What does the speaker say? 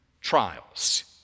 trials